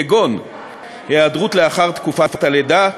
כגון היעדרות לאחר תקופת הלידה,